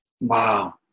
Wow